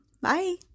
Bye